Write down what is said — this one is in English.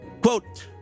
Quote